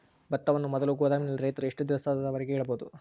ಭತ್ತವನ್ನು ಮೊದಲು ಗೋದಾಮಿನಲ್ಲಿ ರೈತರು ಎಷ್ಟು ದಿನದವರೆಗೆ ಇಡಬಹುದು?